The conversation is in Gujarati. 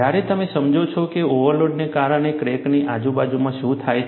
જ્યારે તમે સમજો છો કે ઓવરલોડને કારણે ક્રેકની આજુબાજુમાં શું થાય છે